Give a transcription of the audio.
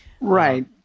right